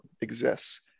exists